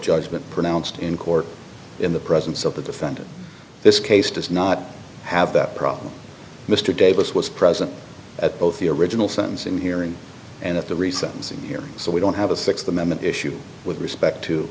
judgment pronounced in court in the presence of the defendant this case does not have that problem mr davis was present at both the original sentencing hearing and at the reception here so we don't have a sixth amendment issue with respect to